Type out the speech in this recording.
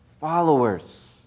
followers